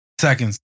Seconds